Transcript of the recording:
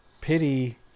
pity